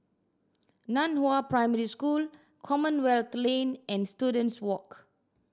Nan Hua Primary School Commonwealth Lane and Students Walk